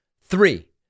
Three